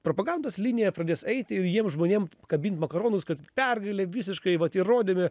propagandos linija pradės eiti jiem žmonėm kabint makaronus kad pergalė visiškai vat įrodėme